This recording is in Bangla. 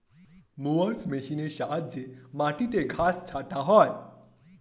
মোয়ার্স মেশিনের সাহায্যে মাটির ঘাস ছাঁটা হয়